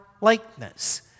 likeness